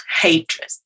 hatred